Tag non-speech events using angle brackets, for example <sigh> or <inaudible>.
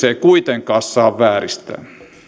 <unintelligible> ei kuitenkaan saa vääristää